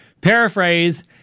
paraphrase